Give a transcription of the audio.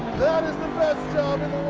that is the best job in